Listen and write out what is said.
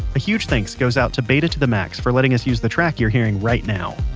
a huge thanks goes out to beta to the max for letting us use the track you're hearing right now.